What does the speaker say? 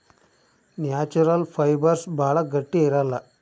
natural fibres ಭಾಳ ಗಟ್ಟಿ ಇರಲ್ಲ